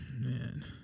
man